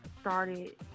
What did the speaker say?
started